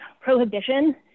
prohibition